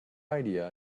idea